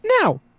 Now